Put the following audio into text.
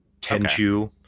Tenchu